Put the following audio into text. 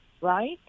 right